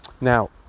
Now